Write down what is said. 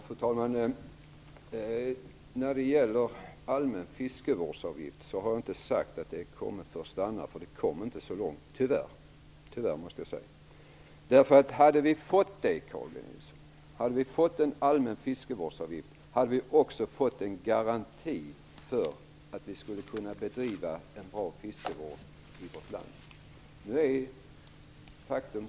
Fru talman! Jag sade aldrig att den allmänna fiskevårdsavgiften kommit för att stanna. Tyvärr kom den ju inte så långt. Hade vi fått en allmän fiskevårdsavgift, hade vi också fått en garanti för att kunna bedriva en bra fiskevård i vårt land.